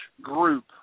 group